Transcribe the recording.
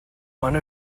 one